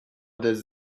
does